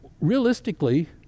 realistically